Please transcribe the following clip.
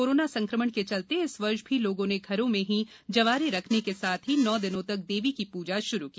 corona संक्रमण के चलते इस वर्ष भी लोगों ने घरों में ही जवारे रखने के साथ ही नौ दिनों तक देवी की पुजा श्रू की